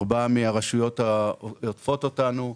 ארבע מהרשויות העוטפות אותנו,